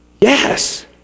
Yes